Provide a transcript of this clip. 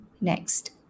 next